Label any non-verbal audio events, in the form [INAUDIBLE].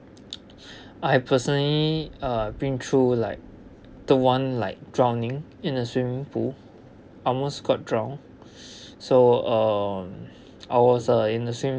I personally uh been through like the one like drowning in the swimming pool almost got drowned [BREATH] so uh I was uh in the